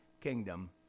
kingdom